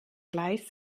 gleich